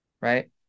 Right